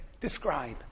describe